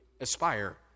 aspire